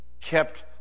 kept